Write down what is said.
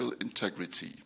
integrity